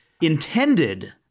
intended